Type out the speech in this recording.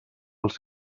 els